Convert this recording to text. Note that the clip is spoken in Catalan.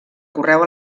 correu